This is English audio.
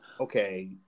Okay